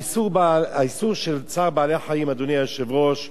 האיסור של צער בעלי-החיים, אדוני היושב-ראש,